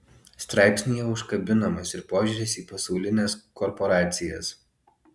straipsnyje užkabinamas ir požiūris į pasaulines korporacijas